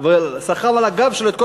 ובכל החגים מחייבים אותנו,